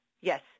Yes